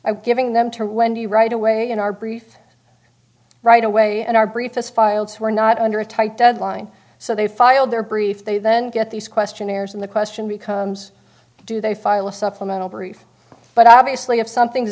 in giving them to wendy right away in our brief right away and our brief us files were not under a tight deadline so they filed their brief they then get these questionnaires and the question becomes do they file a supplemental brief but obviously if something